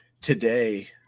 Today